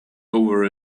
over